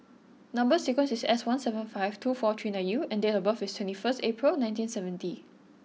number sequence is S one seven five two four three nine U and date of birth is twenty first April nineteen seventy